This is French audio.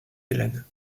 hélène